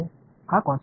हा कॉन्स्टन्ट आहे